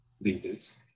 leaders